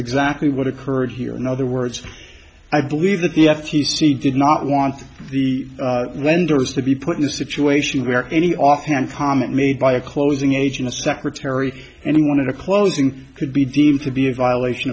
exactly what occurred here in other words i believe that the f t c did not want the lenders to be put in a situation where any offhand comment made by a closing agent a secretary and wanted a closing could be deemed to be a violation